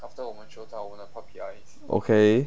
okay